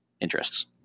interests